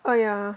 oh yeah